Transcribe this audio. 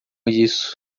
isso